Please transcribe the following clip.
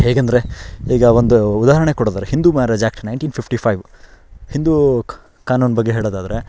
ಹೇಗೆಂದ್ರೆ ಈಗ ಒಂದು ಉದಾಹರಣೆ ಕೊಡೋದಾದರೆ Hindu marriage act nineteen fifty five Hindu ಖ ಕಾನೂನು ಬಗ್ಗೆ ಹೇಳೋದಾದರೆ